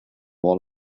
all